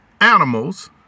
animals